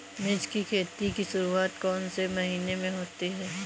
मिर्च की खेती की शुरूआत कौन से महीने में होती है?